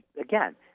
again